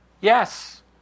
Yes